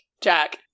Jack